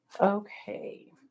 okay